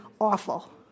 awful